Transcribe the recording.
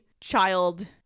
child